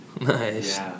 Nice